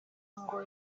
ngo